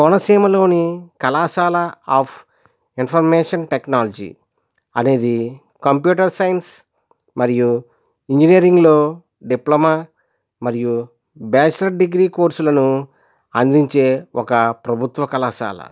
కోనసీమలోని కళాశాల of information technology అనేది computer science మరియు ఇంజనీరింగ్లో డిప్లమా మరియు బ్యాచిలర్ డిగ్రీ కోర్సులను అందించే ఒక ప్రభుత్వ కళాశాల